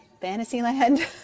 Fantasyland